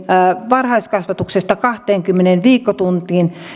varhaiskasvatuksesta kahteenkymmeneen viikkotuntiin